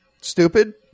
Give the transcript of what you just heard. stupid